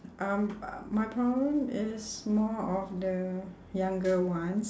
um my problem is more of the younger ones